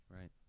Right